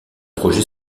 projet